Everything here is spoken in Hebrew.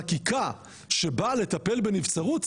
חקיקה שבאה לטפל בנבצרות,